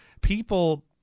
people